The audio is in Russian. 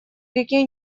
реки